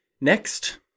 next